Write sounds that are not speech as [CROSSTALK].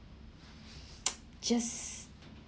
[NOISE] just